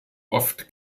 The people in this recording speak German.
oft